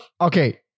Okay